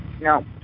no